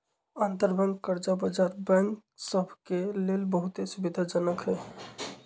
अंतरबैंक कर्जा बजार बैंक सभ के लेल बहुते सुविधाजनक हइ